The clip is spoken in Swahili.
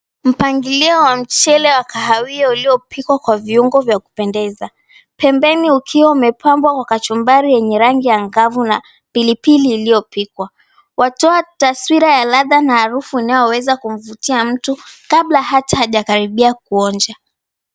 Mpangilio wa mchele wa kahawia uliopikwa kwa viungo vya kupendeza, pembeni ukiwa umepambwa kwa kachumbari yenye rangi angavu na pilipili iliyopikwa watoa taswira ya ladha na harufu unaoweza kuvutia mtu kabla hata hajakaribia kuonja.